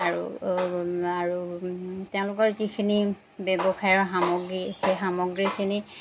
আৰু আৰু তেওঁলোকৰ যিখিনি ব্যৱসায়ৰ সামগ্ৰী সেই সামগ্ৰীখিনি